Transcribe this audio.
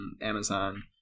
Amazon